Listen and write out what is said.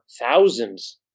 thousands